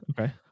Okay